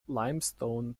limestone